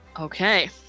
Okay